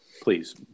please